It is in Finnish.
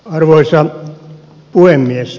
arvoisa puhemies